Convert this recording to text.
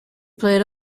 played